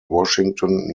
washington